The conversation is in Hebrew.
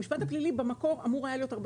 המשפט הפלילי במקור אמור היה להיות הרבה